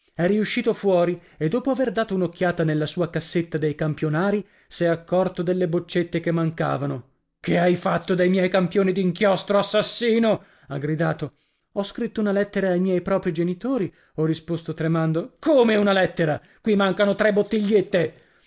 è riuscito fuori e dopo aver dato un'occhiata nella sua cassetta dei campionari s'è accorto delle boccette che mancavano che hai fatto dei miei campioni d'inchiostro assassino ha gridato ho scritto una lettera ai miei propri genitori ho risposto tremando come una lettera qui mancano tre bottigliette